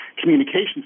communications